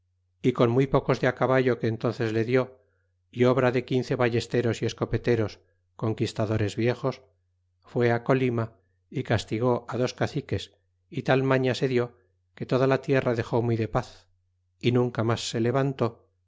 y con muy pocos de caballo que entónces le dió y obra de quince ballesteros y escopeteros conquistadores viejos fue colima y castigó dos caciques y tal maña se lió que toda la tierra dexó muy de paz y nunca mas se levantó